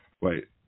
Wait